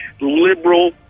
liberal